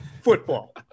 football